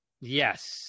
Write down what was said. Yes